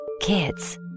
Kids